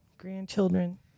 grandchildren